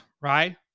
right